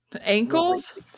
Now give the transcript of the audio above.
ankles